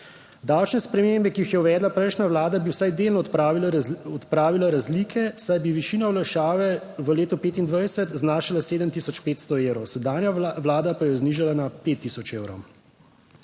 Davčne spremembe, ki jih je uvedla prejšnja vlada, bi vsaj delno odpravila razlike, saj bi višina olajšave v leto 2025 znašala 7500 evrov, sedanja vlada pa jo je znižala na 5000 evrov.